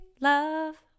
love